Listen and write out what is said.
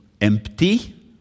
empty